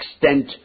extent